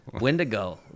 Wendigo